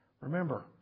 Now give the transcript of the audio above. remember